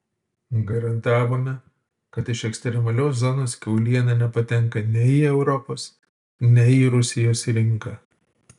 garantavome kad iš ekstremalios zonos kiauliena nepatenka nei į europos nei į rusijos rinką